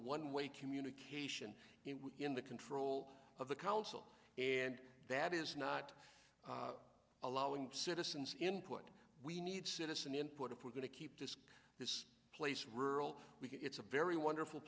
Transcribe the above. one way communication in the control of the council and that is not allowing citizens input we need citizen input if we're going to keep this this place rural we get it's a very wonderful